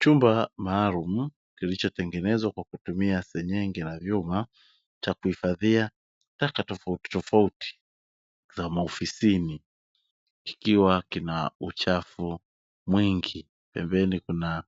Chumba maalumu kilichotengenezwa kwa kutumia senyenge la vyuma cha kuhifadhia taka tofauti tofauti za maofisini, kikiwa kina uchafu mwingi pembeni kuna